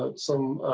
ah some